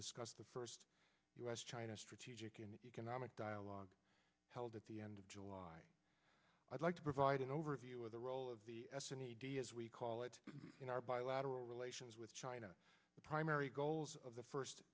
discuss the first u s china strategic and economic dialogue held at the end of july i'd like to provide an overview of the role of the as we call it in our bilateral relations with china the primary goals of the first